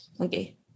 Okay